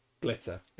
Glitter